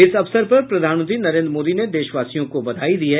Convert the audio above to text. इस अवसर पर प्रधानमंत्री नरेन्द्र मोदी ने देशवासियों को बधाई दी है